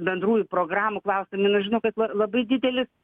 bendrųjų programų klausimų nu žinokit labai didelis